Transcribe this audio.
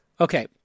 Okay